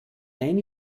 ein